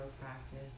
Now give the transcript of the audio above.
practice